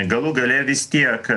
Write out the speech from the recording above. galų gale vis tiek